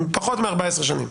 פחות מ-14 שנים.